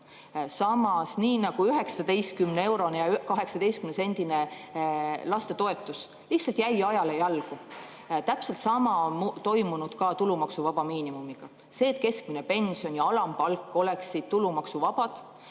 Samas, nii nagu 19 euro ja 18 sendi suurune lastetoetus jäi lihtsalt ajale jalgu, on toimunud ka tulumaksuvaba miinimumiga. See, et keskmine pension ja alampalk oleksid tulumaksuvabad,